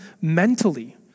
mentally